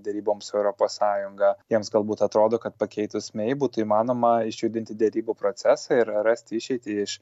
deryboms su europos sąjunga jiems galbūt atrodo kad pakeitus mei būtų įmanoma išjudinti derybų procesą ir rasti išeitį iš